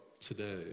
today